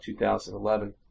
2011